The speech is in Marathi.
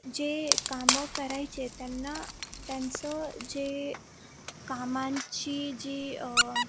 जे कामं करायचे त्यांना त्यांचं जे कामांची जी